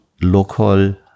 local